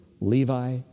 Levi